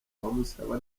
bamusaba